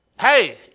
Hey